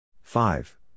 Five